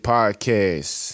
Podcast